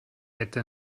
hätte